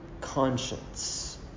conscience